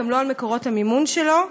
גם לא על מקורות המימון שלה.